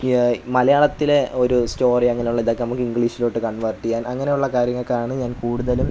മലയാളത്തിലെ ഒരു സ്റ്റോറി അങ്ങനെയുള്ള ഇതൊക്കെ നമ്മള്ക്ക് ഇംഗ്ലീഷിലോട്ട് കൺവെർട്ട് ചെയ്യാൻ അങ്ങനെയുള്ള കാര്യങ്ങള്ക്കാണ് ഞാൻ കൂടുതലും